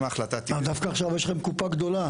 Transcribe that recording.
אם ההחלטה תהיה --- אבל דווקא עכשיו יש לכם קופה גדולה,